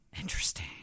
Interesting